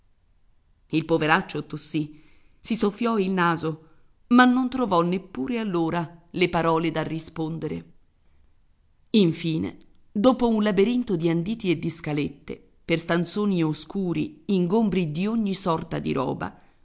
il poveraccio tossì si soffiò il naso ma non trovò neppure allora le parole da rispondere infine dopo un laberinto di anditi e di scalette per stanzoni oscuri ingombri di ogni sorta di roba